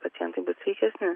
pacientai bus sveikesni